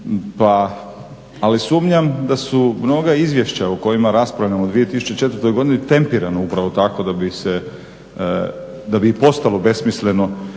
ali sumnjam da su mnoga izvješća o kojima raspravljamo u 2014.godini tempirana upravo tako da bi postalo besmisleno.